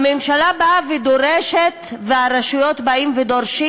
הממשלה באה ודורשת והרשויות באות ודורשות